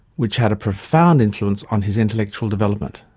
which had a profound influence on his intellectual development.